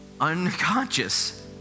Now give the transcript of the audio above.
Unconscious